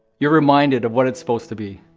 you're reminded of what it's supposed to be.